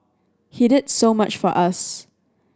he did so much for us